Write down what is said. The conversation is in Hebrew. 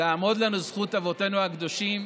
תעמוד לנו זכות אבותינו הקדושים,